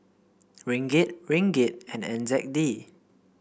Ringgit Ringgit and N Z D